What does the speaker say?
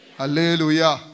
Hallelujah